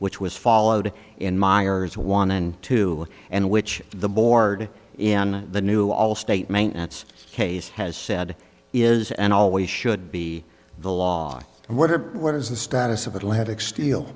which was followed in miers one and two and which the board in the new all state maintenance case has said is and always should be the law and what are what is the status of atlantic ste